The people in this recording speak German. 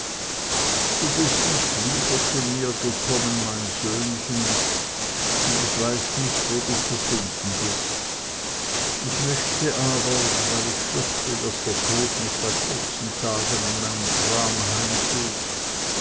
du bist nicht wieder zu mir gekommen mein söhnchen und ich weiß nicht wo du zu finden bist ich möchte aber weil ich fürchte daß der tod mich bei kurzen tagen in meinem kram heimsucht